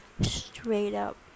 straight-up